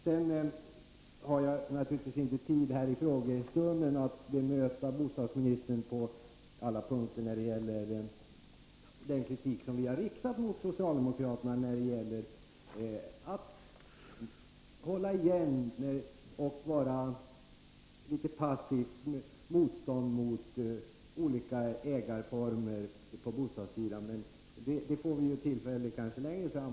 Jag har naturligtvis inte tid här i frågestunden att bemöta bostadsministern på alla punkter när det gäller den kritik som vi har riktat mot socialdemokratin för att visa passivt motstånd mot olika ägarformer på bostadssidan. Det får vi kanske tillfälle att diskutera längre fram.